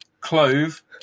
clove